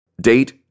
Date